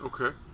Okay